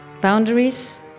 Boundaries